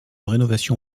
rénovation